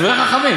דברי חכמים,